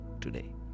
today